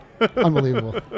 unbelievable